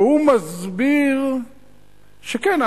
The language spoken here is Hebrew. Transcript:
והוא מסביר שכן,